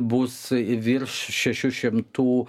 bus virš šešių šimtų